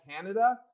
Canada